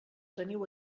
teniu